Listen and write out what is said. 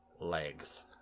Legs